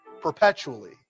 perpetually